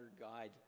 guide